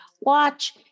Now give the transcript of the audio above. watch